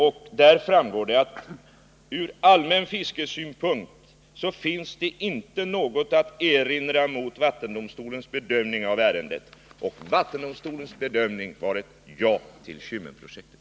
Av det framgår att det ur allmän fiskesynpunkt inte finns något att erinra mot vattendomstolens bedömning i ärendet. Och vattendomstolens bedömning var ett ja till Kymmenprojektet.